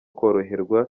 koroherwa